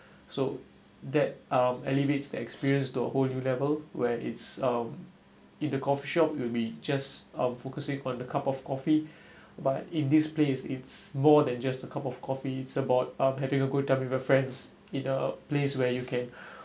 so that um elevates the experience to a whole new level where it's um in the coffee shop it'll be just um focusing on the cup of coffee but in this place it's more than just a cup of coffee it's about uh having a good time with your friends in a place where you can